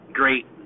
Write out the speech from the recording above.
great